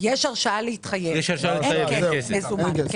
יש הרשאה להתחייב, אין כסף מזומן.